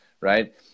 Right